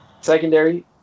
Secondary